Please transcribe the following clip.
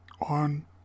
on